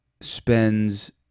spends